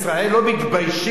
לא מתביישים?